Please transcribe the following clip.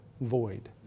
void